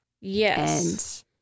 Yes